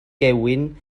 gewyn